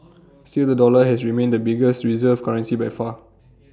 still the dollar has remained the biggest reserve currency by far